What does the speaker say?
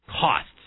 costs